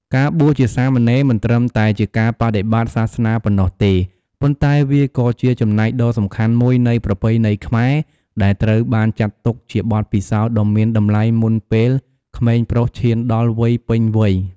ការបួសជាសាមណេរ មិនត្រឹមតែជាការបដិបត្តិសាសនាប៉ុណ្ណោះទេ ប៉ុន្តែវាក៏ជា ចំណែកដ៏សំខាន់មួយនៃប្រពៃណីខ្មែរ ដែលត្រូវបានចាត់ទុកជាបទពិសោធន៍ដ៏មានតម្លៃមុនពេលក្មេងប្រុសឈានដល់វ័យពេញវ័យ។